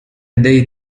dei